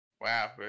Wow